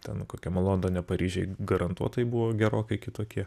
ten kokiam londone paryžiuj garantuotai buvo gerokai kitokie